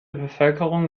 bevölkerung